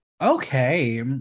okay